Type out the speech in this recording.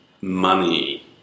money